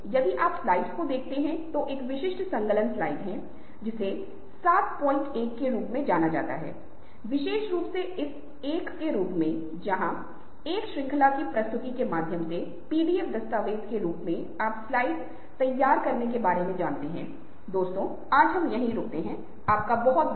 और हम कुछ और अंतर्दृष्टि के साथ आएंगे और मैं कुछ और दिलचस्प पेपर साझा करूंगा यदि आप इस विशेष क्षेत्र में रुचि रखते हैं तो आपको यह जानने में एक लंबा रास्ता तय करना होगा कि आपको क्या पढ़ना चाहिए और आपको इस विशेष पंक्ति में कैसे आगे बढ़ना चाहिए